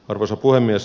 arvoisa puhemies